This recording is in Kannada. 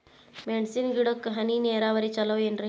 ಮೆಣಸಿನ ಗಿಡಕ್ಕ ಹನಿ ನೇರಾವರಿ ಛಲೋ ಏನ್ರಿ?